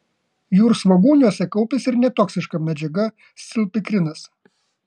jūrsvogūniuose kaupiasi ir netoksiška medžiaga scilpikrinas